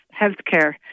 healthcare